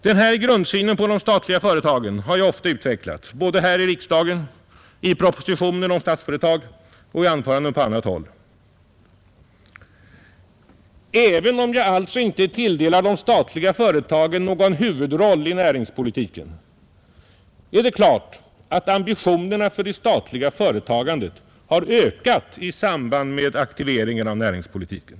Denna grundsyn på de statliga företagen har jag ofta utvecklat här i riksdagen, i propositionen om Statsföretag och i anföranden på andra håll. Även om jag alltså inte tilldelar de statliga företagen någon huvudroll i Nr 53 näringspolitiken är det klart att ambitionerna för det statliga företagan Tisdagen den det har ökat i samband med aktiveringen av näringspolitiken.